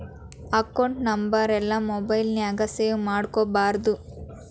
account ನಂಬರೆಲ್ಲಾ mobile ನ್ಯಾಗ save ಮಾಡ್ಕೊಬಾರ್ದು